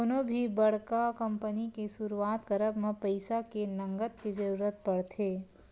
कोनो भी बड़का कंपनी के सुरुवात करब म पइसा के नँगत के जरुरत पड़थे